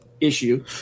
issue